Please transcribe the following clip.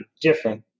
different